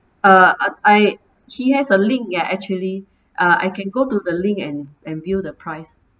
uh I he has a link ya actually I can go to the link and and view the price